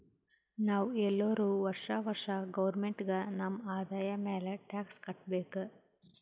ನಾವ್ ಎಲ್ಲೋರು ವರ್ಷಾ ವರ್ಷಾ ಗೌರ್ಮೆಂಟ್ಗ ನಮ್ ಆದಾಯ ಮ್ಯಾಲ ಟ್ಯಾಕ್ಸ್ ಕಟ್ಟಬೇಕ್